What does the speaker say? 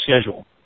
schedule